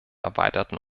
erweiterten